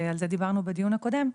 ועל זה דיברנו בדיון הקודם,